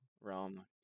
realm